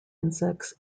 insects